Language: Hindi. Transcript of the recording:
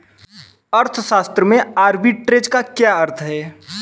अर्थशास्त्र में आर्बिट्रेज का क्या अर्थ है?